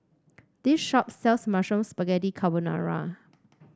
this shop sells Mushroom Spaghetti Carbonara